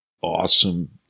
awesome